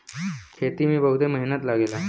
खेती में बहुते मेहनत लगेला